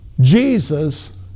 Jesus